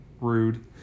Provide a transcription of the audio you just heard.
rude